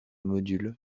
module